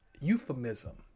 euphemism